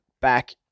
back